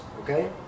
Okay